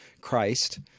Christ